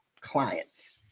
clients